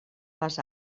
les